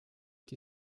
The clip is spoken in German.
die